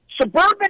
suburban